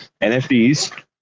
nfts